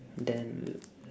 then